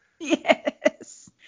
Yes